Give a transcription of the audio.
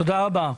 תודה רבה.